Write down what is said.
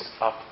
up